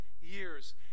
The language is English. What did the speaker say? years